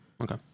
Okay